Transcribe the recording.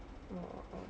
oh oh oh